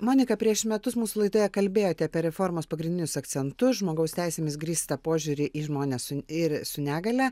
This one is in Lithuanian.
monika prieš metus mūsų laidoje kalbėjote apie reformos pagrindinius akcentus žmogaus teisėmis grįstą požiūrį į žmones su ir su negalia